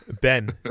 Ben